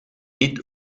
niet